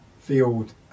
field